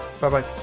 Bye-bye